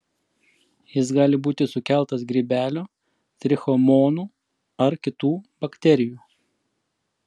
jis gali būti sukeltas grybelio trichomonų ar kitų bakterijų